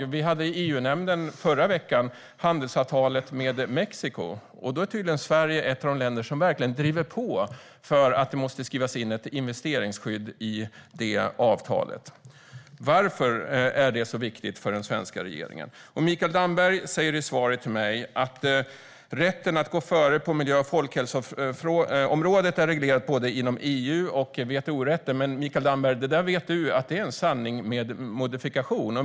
Förra veckan hade vi i EU-nämnden frågan om handelsavtalet med Mexiko. Tydligen är Sverige ett av de länder som verkligen driver på för att det ska skrivas in ett investeringsskydd i det avtalet. Varför är det så viktigt för den svenska regeringen? Mikael Damberg säger i svaret till mig att rätten att gå före på miljö och folkhälsoområdet är reglerat i både EU och WTO-rätten. Men, Mikael Damberg, du vet att det är en sanning med modifikation.